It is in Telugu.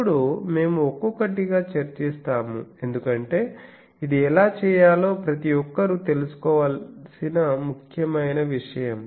ఇప్పుడు మేము ఒక్కొక్కటిగా చర్చిస్తాము ఎందుకంటే ఇది ఎలా చేయాలో ప్రతి ఒక్కరూ తెలుసుకోవలసిన ముఖ్యమైన విషయం